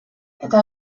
eta